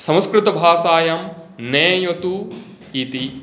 संस्कृतभाषायां नयतु इति